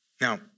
Now